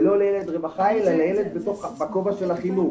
ולא לילד רווחה אלא בכובע של החינוך,